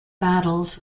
battles